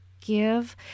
give